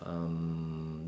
um